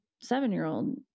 seven-year-old